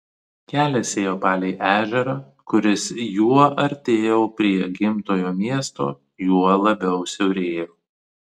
kelias ėjo palei ežerą kuris juo artėjau prie gimtojo miesto juo labiau siaurėjo